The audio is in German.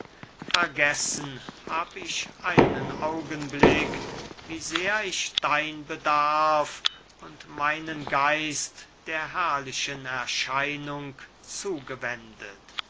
vergessen hab ich einen augenblick wie sehr ich dein bedarf und meinen geist der herrlichen erscheinung zugewendet